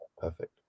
Perfect